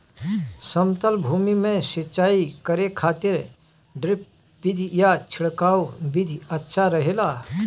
समतल भूमि में सिंचाई करे खातिर ड्रिप विधि या छिड़काव विधि अच्छा रहेला?